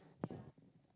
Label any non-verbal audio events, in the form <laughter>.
<noise>